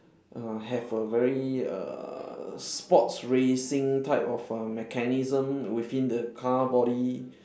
uh have a very err sports racing type of err mechanism within the car body